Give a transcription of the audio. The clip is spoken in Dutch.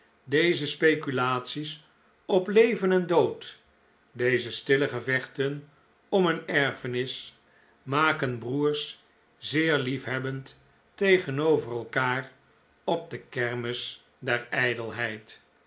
deze speculaties op leven en dood deze stille gevechten om een erfenis maken broers zeer liefhebbend tegenover elkaar op de kermis der